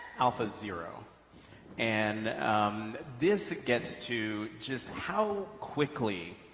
alphazero and this gets to just how quickly